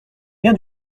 rien